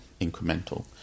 incremental